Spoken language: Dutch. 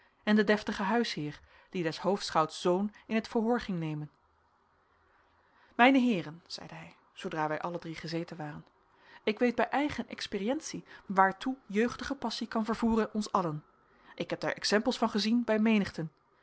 en den deftigen huisheer die des hoofdschouts zoon in t verhoor ging nemen mijne heeren zeide hij zoodra wij alle drie gezeten waren ik weet bij eigene experientie waartoe jeugdige passie kan vervoeren ons allen ik heb daar exempels van gezien bij